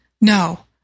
No